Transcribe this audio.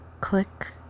click